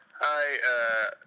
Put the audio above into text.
Hi